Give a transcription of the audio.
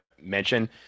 mention